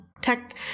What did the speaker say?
tech